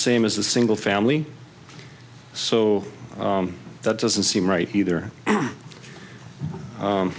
same as a single family so that doesn't seem right either